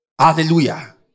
Hallelujah